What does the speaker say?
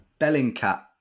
Bellingcat